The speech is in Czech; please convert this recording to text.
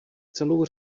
celou